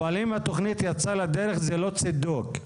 אבל אם התכנית יצאה לדרך זה לא צידוק.